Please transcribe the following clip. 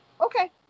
Okay